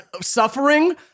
suffering